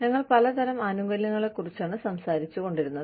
ഞങ്ങൾ പലതരം ആനുകൂല്യങ്ങളെക്കുറിച്ചാണ് സംസാരിച്ചു കൊണ്ടിരുന്നത്